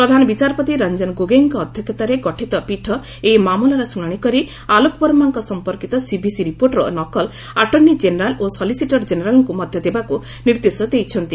ପ୍ରଧାନ ବିଚାରପତି ରଞ୍ଜନ ଗୋଗୋଇଙ୍କ ଅଧ୍ୟକ୍ଷତାରେ ଗଠିତ ପୀଠ ଏହି ମାମଲାର ଶୁଶାଣି କରି ଆଲୋକ ବର୍ମାଙ୍କ ସମ୍ପର୍କିତ ସିଭିସି ରିପୋର୍ଟର ନକଲ ଆଟର୍ଷ୍ଣି ଜେନେରାଲ ଓ ସଲିସିଟର ଜେନେରାଲଙ୍କୁ ମଧ୍ୟ ଦେବାକୁ ନିର୍ଦ୍ଦେଶ ଦେଇଛନ୍ତି